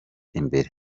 imbere